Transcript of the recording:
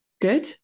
Good